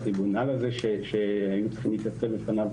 הטריבונל הזה שהיו צריכים להתייצב בפניו